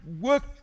work